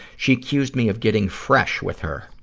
she accused me of getting fresh with her.